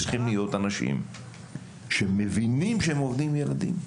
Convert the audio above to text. צריכים להיות אנשים שמבינים שהם עובדים עם ילדים.